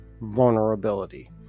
vulnerability